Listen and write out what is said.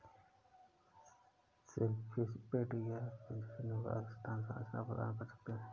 shellfish bed या पिंजरे निवास स्थान संरचना प्रदान कर सकते हैं